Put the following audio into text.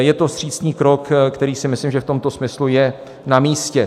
Je to vstřícný krok, který si myslím, že v tomto smyslu je namístě.